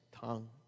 tongue